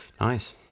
nice